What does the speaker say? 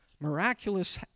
miraculous